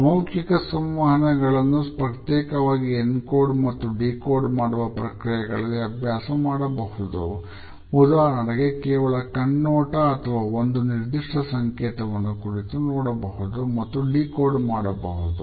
ಅಮೌಖಿಕ ಸಂವಹನಗಳನ್ನು ಪ್ರತ್ಯೇಕವಾಗಿ ಎನ್ಕೋಡ್ ಮತ್ತು ಡಿಕೋಡ್ ಮಾಡುವ ಪ್ರಕ್ರಿಯೆಗಳಲ್ಲಿ ಅಭ್ಯಾಸ ಮಾಡಬಹುದು ಉದಾಹರಣೆಗೆ ಕೇವಲ ಕಣ್ಣೋಟ ಅಥವಾ ಒಂದು ನಿರ್ದಿಷ್ಟ ಸಂಕೇತವನ್ನು ಕುರಿತು ನೋಡಬಹುದು ಮತ್ತು ಡಿಕೋಡ್ ಮಾಡಬಹುದು